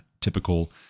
typical